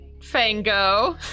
Fango